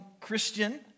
Christian